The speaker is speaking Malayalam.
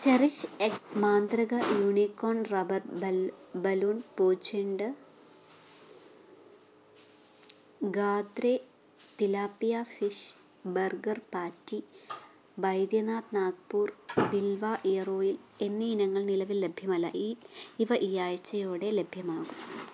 ചെറിഷ്എക്സ് മാന്ത്രിക യൂണികോൺ റബ്ബർ ബലൂൺ പൂച്ചെണ്ട് Gadre tilapia fish burger patty Baidyanath Nagpur ബിൽവ ഇയർ ഓയിൽ എന്നീ ഇനങ്ങൾ നിലവിൽ ലഭ്യമല്ല ഈ ഇവ ഈ ആഴ്ച യോടെ ലഭ്യമാകും